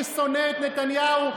ששונא את נתניהו,